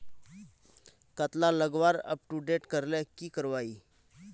कतला लगवार अपटूडेट करले की करवा ई?